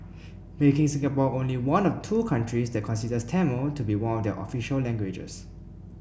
making Singapore only one of two countries that considers Tamil to be one of their official languages